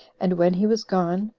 and when he was gone,